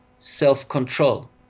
Self-control